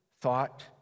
thought